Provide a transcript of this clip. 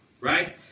right